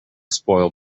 spoil